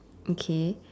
okay